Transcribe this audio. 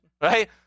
right